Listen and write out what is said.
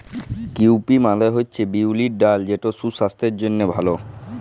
cowpea মালে হছে বিউলির ডাল যেট সুসাস্থের জ্যনহে ভাল